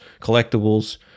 collectibles